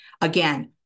Again